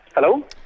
Hello